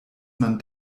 man